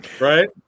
right